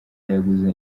yaguze